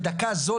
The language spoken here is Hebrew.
בדקה זאת,